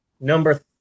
number